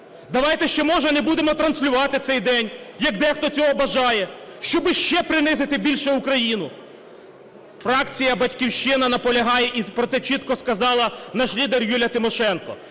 Давайте ще, може, не будемо транслювати цей день, як дехто цього бажає, щоби ще принизити більше Україну! Фракція "Батьківщина" наполягає, і про це чітко сказала наш лідер Юлія Тимошенко: